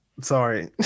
Sorry